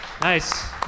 Nice